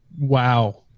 wow